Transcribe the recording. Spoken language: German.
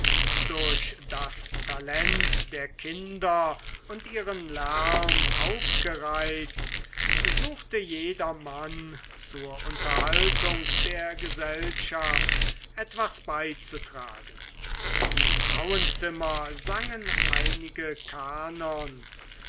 durch das talent der kinder und ihren lärm aufgereizt suchte jedermann zur unterhaltung der gesellschaft etwas beizutragen die frauenzimmer sangen einige kanons